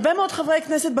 הרבה מאוד חברי כנסת,